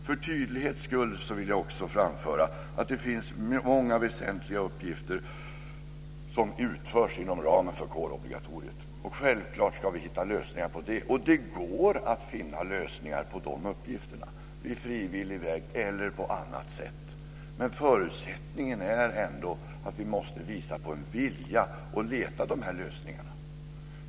För tydlighets skulle vill jag också framföra att det finns många väsentliga uppgifter som utförs inom kårobligaoritet, och självfallet ska vi hitta lösningen för dem på frivillig väg eller på annat sätt. Men förutsättningen är ändå att vi måste visa en vilja att hitta dessa lösningar.